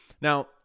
Now